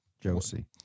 Josie